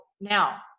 now